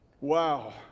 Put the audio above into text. Wow